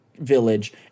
village